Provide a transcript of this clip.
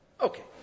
Okay